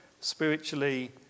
spiritually